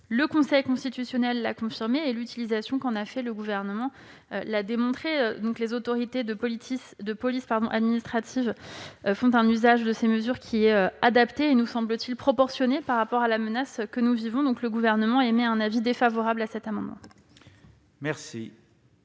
Le Conseil constitutionnel l'a confirmé et l'utilisation qu'en a fait le Gouvernement l'a démontré. Les autorités de police administrative font un usage de ces mesures qui est adapté et, nous semble-t-il, proportionné à la menace à laquelle nous sommes confrontés. Le Gouvernement émet donc un avis défavorable sur cet amendement. Je